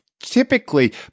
Typically